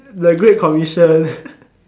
the great commission